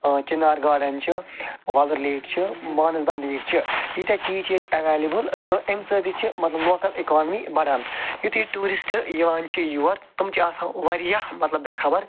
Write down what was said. ٲں چنار گارڈٕن چھِ وَلُر لیک چھِ مانَس بَل لیک چھِ ییٖتیاہ چیٖز چھِ ییٚتہِ ایٚوَلیبٕل تہٕ اَمہِ سۭتۍ تہِ چھِ مطلب لوکَل اِکانمی بڑھان یُتھٕے ٹیٛوٗرِسٹہٕ یِوان چھِ یور تِم چھِ آسان واریاہ مطلب بےٚ خبر